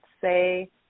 say